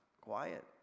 quiet